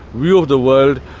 view of the world,